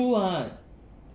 it's true [what]